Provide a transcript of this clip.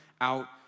out